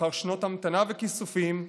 לאחר שנות המתנה וכיסופים,